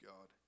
God